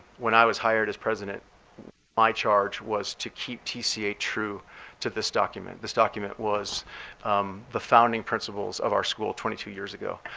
when i was hired as president my charge was to keep tca true to this document. this document was the founding principles of our school twenty two years ago,